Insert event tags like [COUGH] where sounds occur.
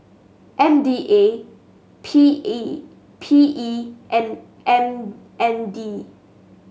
M D A P [UNINTELLIGIBLE] P E and M N D